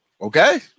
okay